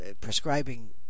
prescribing